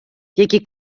які